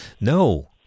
no